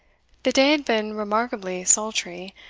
the day had been remarkably sultry,